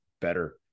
better